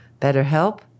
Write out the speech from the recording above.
BetterHelp